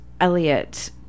Elliot